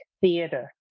theater